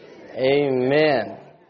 Amen